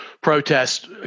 protest